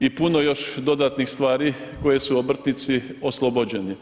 i puno još dodatnih stvari kojih su obrtnici oslobođeni.